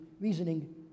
reasoning